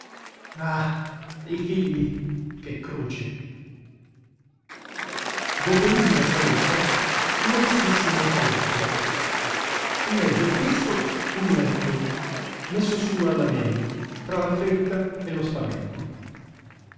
i figli che croce dopo l'umile saletta un modestissimo salotto in mezzo a questo un letto messo su alla meglio tra la fretta e lo spavento